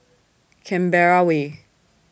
Canberra Way